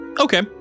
Okay